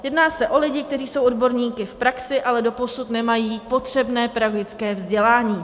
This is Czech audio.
Jedná se o lidi, kteří jsou odborníky v praxi, ale doposud nemají potřebné pedagogické vzdělání.